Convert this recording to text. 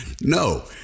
No